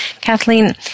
Kathleen